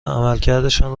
عملکردشان